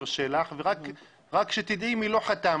שלח לפני חודשיים ורק שתדעי מי לא חתם.